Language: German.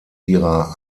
ihrer